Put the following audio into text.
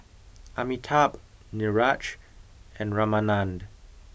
Amitabh Niraj and Ramanand